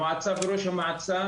המועצה וראש המועצה.